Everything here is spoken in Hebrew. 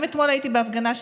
גם אתמול הייתי בהפגנה,